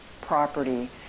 property